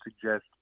suggest